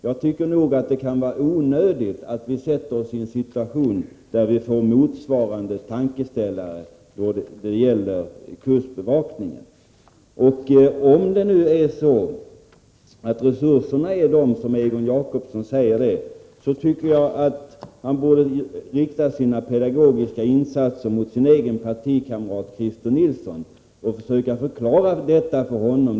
Jag tycker att det kan vara onödigt att vi försätter oss i en situation där vi får motsvarande tankeställare när det gäller kustbevakningen. Om nu resurserna är av den storleken som Egon Jacobsson säger, tycker jag att han borde rikta sina pedagogiska insatser mot sin egen partikamrat Christer Nilsson och försöka förklara detta för honom.